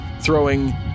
throwing